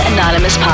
Anonymous